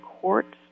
courts